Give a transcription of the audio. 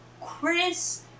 Chris